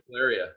area